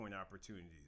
opportunities